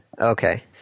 Okay